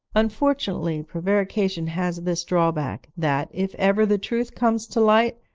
unfortunately, prevarication has this drawback, that, if ever the truth comes to light,